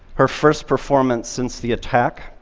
her first performance since the attack.